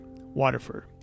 Waterford